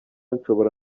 nshobora